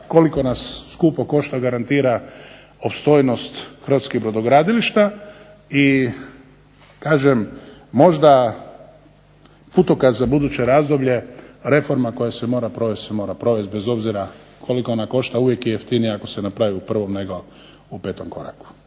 koliko nas skupo košta, garantira opstojnost hrvatskih brodogradilišta i kažem možda putokaz za buduće razdoblje, reforma koja se mora provest se mora provest bez obzira koliko ona košta. Uvijek je jeftinija ako se napravi u prvom nego u petom koraku.